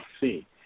see